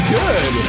good